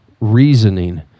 reasoning